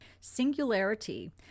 singularity